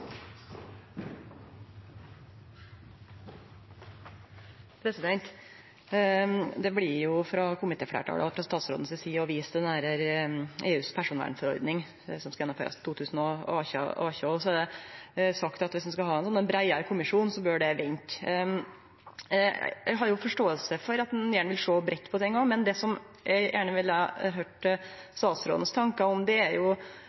Det blir frå komitéfleirtalet og også frå statsråden si side vist til EUs personvernforordning, som skal gjennomførast i 2018. Det blir sagt at viss ein skal ha ein breiare kommisjon, så bør det vente. Eg har forståing for at ein gjerne vil sjå breitt på det, men det eg gjerne ville høyre statsråden sine tankar eller meining om, er: Er